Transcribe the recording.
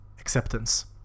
acceptance